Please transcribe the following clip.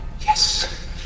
Yes